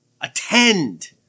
Attend